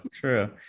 true